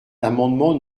l’amendement